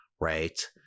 Right